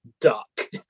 duck